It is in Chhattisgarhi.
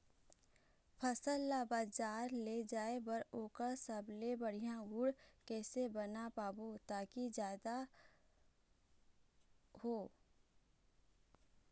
फसल ला बजार ले जाए बार ओकर सबले बढ़िया गुण कैसे बना पाबो ताकि फायदा जादा हो?